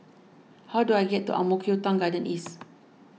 how do I get to Ang Mo Kio Town Garden East